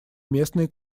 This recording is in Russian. местные